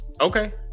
Okay